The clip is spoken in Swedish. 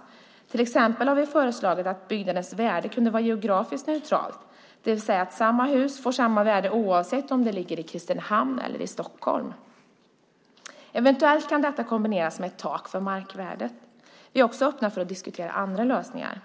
Vi har till exempel föreslagit att byggnadens värde kunde vara geografiskt neutralt, det vill säga att samma hus får samma värde oavsett om det ligger i Kristinehamn eller i Stockholm. Eventuellt kan detta kombineras med ett tak för markvärde. Vi är också öppna för att diskutera andra lösningar.